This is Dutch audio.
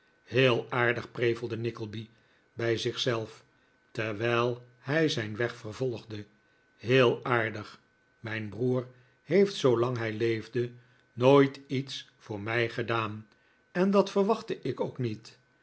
heel aardig prevelde nickleby bij zich zelf terwijl hij zijn weg vervolgde heel aardig mijn broer heeft zoolang hij leefde nooit iets voor mij gedaan en dat verwachtte ik ook niet